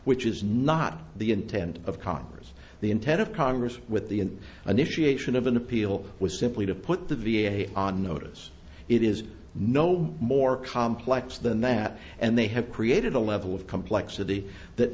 which is not the intent of congress the intent of congress with the initiation of an appeal was simply to put the v a on notice it is no more complex than that and they have created a level of complexity that